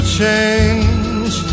change